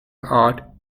art